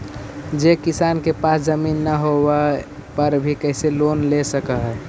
जे किसान के पास जमीन न होवे पर भी कैसे लोन ले सक हइ?